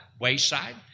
wayside